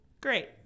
Great